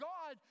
God